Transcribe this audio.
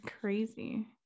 crazy